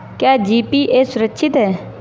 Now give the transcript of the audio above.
क्या जी.पी.ए सुरक्षित है?